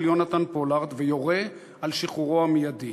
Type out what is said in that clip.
יונתן פולארד ויורה על שחרורו המיידי.